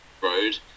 road